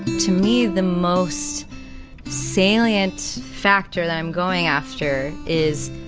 to me, the most salient factor that i'm going after is